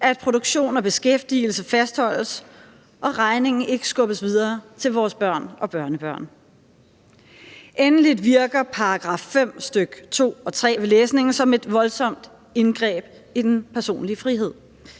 at produktion og beskæftigelse fastholdes, og at regningen ikke skubbes videre til vores børn og børnebørn. Endelig virker § 5, stk. 2 og 3, ved læsningen som et voldsomt indgreb i den personlige frihed.